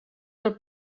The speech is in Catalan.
del